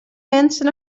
mensen